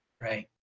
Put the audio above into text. right